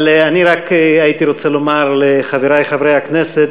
אבל אני רק הייתי רוצה לומר לחברי חברי הכנסת